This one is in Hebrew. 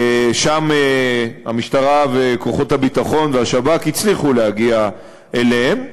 שם המשטרה וכוחות הביטחון והשב"כ הצליחו להגיע אליהם.